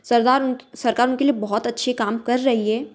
सरदार सरकार उनके लिए बहुत अच्छे काम कर रही है